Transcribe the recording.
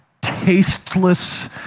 tasteless